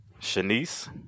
Shanice